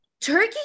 Turkey